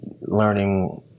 learning